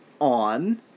on